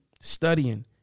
studying